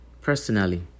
personally